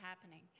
happening